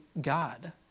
God